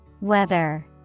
Weather